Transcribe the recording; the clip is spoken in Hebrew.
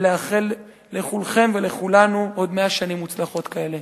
ולאחל לכולכם ולכולנו עוד 100 שנים מוצלחות כאלה.